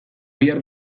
bihar